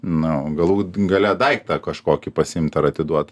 nu galų gale daiktą kažkokį pasiimti ar atiduot